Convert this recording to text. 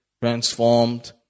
transformed